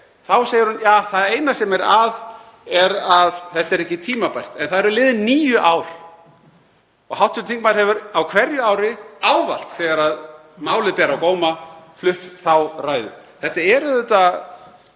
þá segir hún: Ja, það eina sem er að er að þetta er ekki tímabært. En það eru liðin níu ár. Hv. þingmaður hefur á hverju ári, ávallt þegar málið ber á góma, flutt þá ræðu. Þetta er